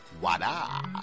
wada